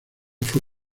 fue